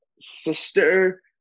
sister